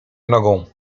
nogą